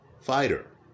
fighter